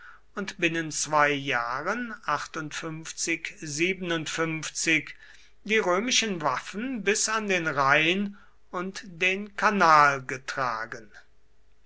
und binnen zwei jahren die römischen waffen bis an den rhein und den kanal getragen